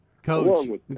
Coach